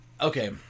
okay